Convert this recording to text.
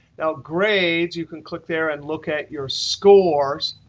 now grades you can click there and look at your scores.